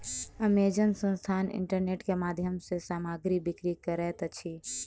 Amazon संस्थान internet के माध्यम सॅ सामग्री बिक्री करैत अछि